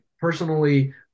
personally